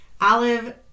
Olive